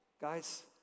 guys